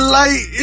light